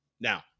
Now